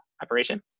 operation